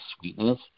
sweetness